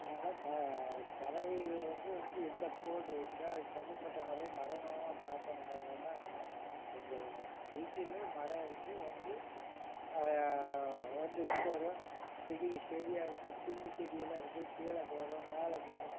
நாங்கள் ப பறவைகளை வந்து வந்து எந்த பேர்டு வச்சால் தனிப்பட்ட முறை மறைமுகமாக பார்க்கணுங்கிறதெல்லாம் இல்லை எங்கள் வீட்டிலே மரம் இருக்குது வந்து வந்து உட்காரும் செடி செடியாக இருக்குது புல்லு செடியெல்லாம் இருக்குது கீழே உட்காரும் மேலே உட்காரும்